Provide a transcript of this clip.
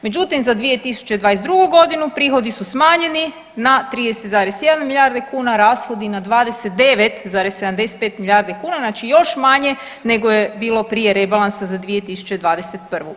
Međutim za 2022. godinu prihodi su smanjeni na 30,1 milijarde kuna, a rashodi na 29,75 milijardi kuna, znači još manje nego je bilo prije rebalansa za 2021.